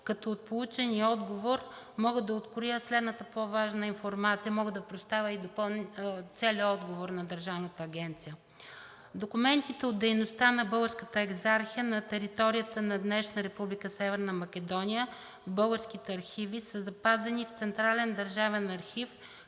като от получения отговор мога да откроя следната по-важна информация. Мога да предоставя и целия отговор на Държавната агенция: "Документите от дейността на Българската екзархия на територията на днешна Република Северна Македония в българските архиви са запазени в Централен държавен архив,